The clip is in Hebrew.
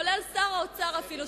כולל שר האוצר אפילו,